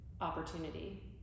opportunity